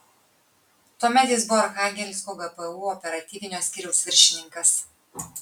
tuomet jis buvo archangelsko gpu operatyvinio skyriaus viršininkas